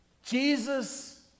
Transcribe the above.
Jesus